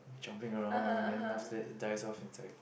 jumping around than after that it died on inside